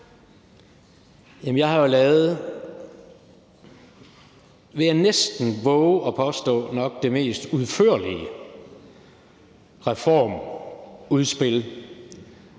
Jeg har jo lavet, vil jeg næsten vove at påstå, nok det mest udførlige reformudspil